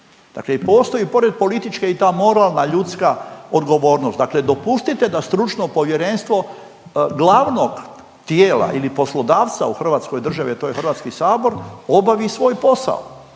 Dakle i postoji pored političke i ta moralna, ljudska odgovornost. Dakle, dopustite da stručno povjerenstvo glavnog tijela ili poslodavca u Hrvatskoj državi, a to je Hrvatski sabor obavi svoj posao.